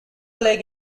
lake